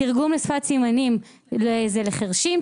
תרגום לשפת סימנים זה לחירשים,